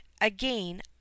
again